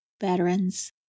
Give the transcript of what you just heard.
veterans